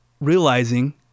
realizing